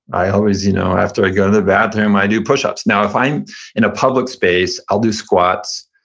i always, you know after i go to the bathroom, i do push-ups. now, if i'm in a public space, i'll do squats.